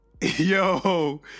Yo